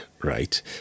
Right